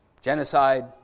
genocide